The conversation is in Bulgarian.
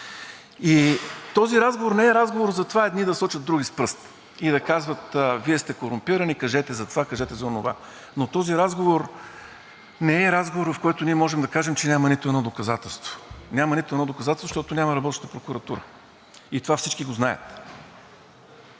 И този разговор не е разговор за това едни да сочат други с пръст и да казват – Вие сте корумпирани, кажете за това, кажете за онова, но този разговор не е разговорът, в който ние можем да кажем, че няма нито едно доказателство. Няма нито едно доказателство, защото няма работеща прокуратура, и това всички го знаем.